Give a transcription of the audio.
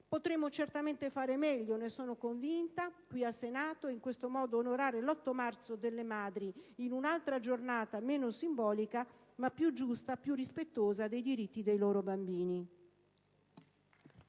Potremo certamente fare meglio - ne sono convinta - in Senato, e in questo modo onorare l'8 marzo delle madri in un'altra giornata meno simbolica ma più giusta e più rispettosa dei diritti dei bambini.